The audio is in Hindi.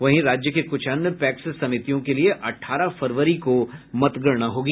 वहीं राज्य के कुछ अन्य पैक्स समितियों के लिये अठारह फरवरी को मतगणना होगी